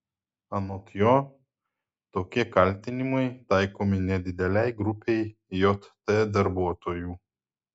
anot jo tokie kaltinimai taikomi nedidelei grupei jt darbuotojų